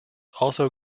also